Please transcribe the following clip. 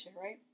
right